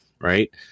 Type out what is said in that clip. right